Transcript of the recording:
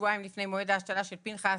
שבועיים לפני מועד ההשתלה של פנחס,